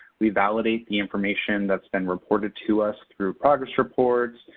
we validate the information that's been reported to us through progress reports,